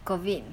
COVID